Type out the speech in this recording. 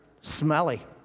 smelly